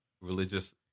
religious